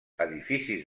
edificis